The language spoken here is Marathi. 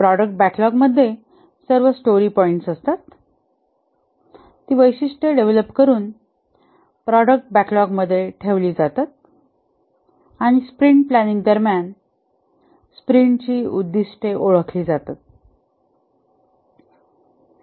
प्रॉडक्ट बॅकलॉगमध्ये सर्व स्टोरी पॉईंट्स असतात ती वैशिष्ट्ये डेव्हलप करून प्रॉडक्ट बॅकलॉगमध्ये ठेवली जातात आणि स्प्रिंट प्लॅनिंग दरम्यान स्प्रिंटची उद्दिष्टे ओळखली जातात